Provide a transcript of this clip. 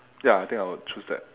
ya I think I would choose that